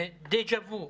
דז'ה וו.